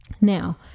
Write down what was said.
Now